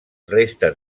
resta